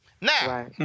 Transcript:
Now